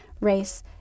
race